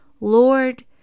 Lord